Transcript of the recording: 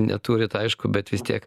neturit aišku bet vis tiek